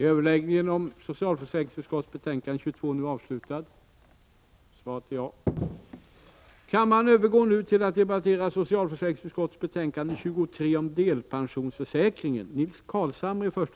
Kammaren övergår nu till att debattera finansutskottets betänkande 23 om verkställd granskning av riksbankens förvaltning år 1984 samt disposition av riksbankens vinst.